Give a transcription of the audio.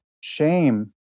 shame